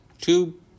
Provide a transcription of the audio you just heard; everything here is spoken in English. Two